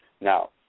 Now